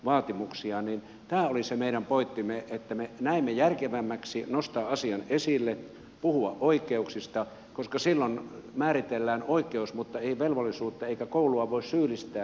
tämä oli se meidän pointtimme että me näimme järkevämmäksi nostaa asian esille puhua oikeuksista koska silloin määritellään oikeus mutta ei velvollisuutta eikä koulua voi syyllistää